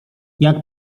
jak